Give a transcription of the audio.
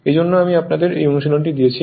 এই জন্য অমি আপনাদের এই অনুশীলনটি দিয়েছি